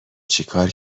چیکار